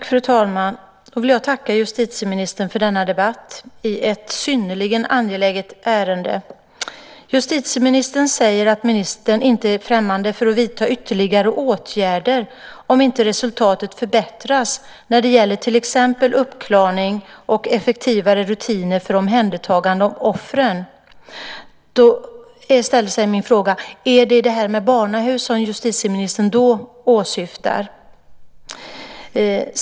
Fru talman! Jag vill tacka justitieministern för denna debatt i ett synnerligen angeläget ärende. Justitieministern säger att han inte är främmande för att vidta ytterligare åtgärder om resultatet inte förbättras när det gäller till exempel uppklaring och effektivare rutiner för omhändertagande av offren. Då inställer sig en fråga: Är det barnahus som justitieministern då åsyftar?